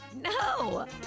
No